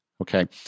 okay